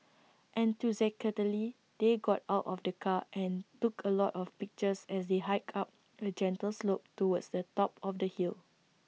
enthusiastically they got out of the car and took A lot of pictures as they hiked up A gentle slope towards the top of the hill